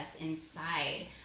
inside